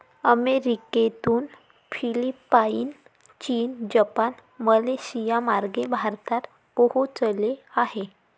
अमेरिकेतून फिलिपाईन, चीन, जपान, मलेशियामार्गे भारतात पोहोचले आहे